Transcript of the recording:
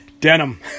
Denim